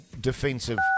defensive